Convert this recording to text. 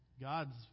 God's